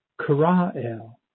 Karael